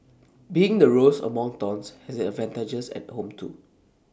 being the rose among thorns has its advantages at home too